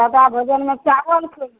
सादा भोजनमे चावल छै